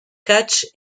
catch